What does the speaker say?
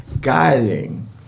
guiding